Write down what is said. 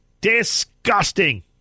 Disgusting